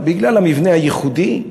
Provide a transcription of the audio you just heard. בגלל המבנה הייחודי,